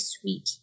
sweet